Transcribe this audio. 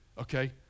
Okay